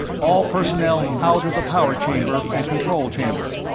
all personnel out of the power chamber and control chamber.